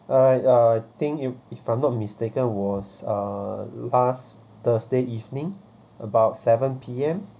I uh I think if if I'm not mistaken was uh last thursday evening about seven P_M